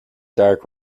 dark